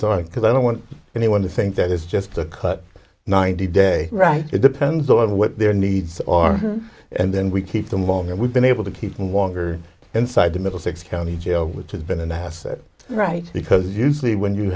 because i don't want anyone to think that it's just a cut ninety day right it depends on what their needs are and then we keep them on their we've been able to keep them longer inside the middlesex county jail which has been an asset right because usually when you